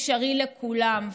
אפשרי לכולם.